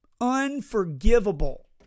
Unforgivable